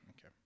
Okay